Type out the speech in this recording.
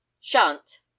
shan't